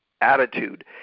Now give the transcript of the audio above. attitude